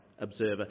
Observer